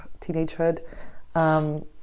teenagehood